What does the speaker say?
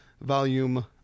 volume